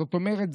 זאת אומרת,